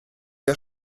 der